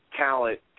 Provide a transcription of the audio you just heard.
talent